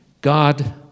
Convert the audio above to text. God